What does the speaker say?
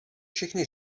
všechny